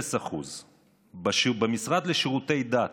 0%; במשרד לשירותי דת,